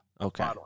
Okay